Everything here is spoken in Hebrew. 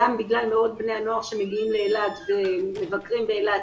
גם בגלל מאות בני הנוער שמגיעים לאילת ומבקרים באילת,